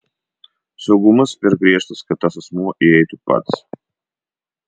saugumas per griežtas kad tas asmuo įeitų pats